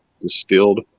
distilled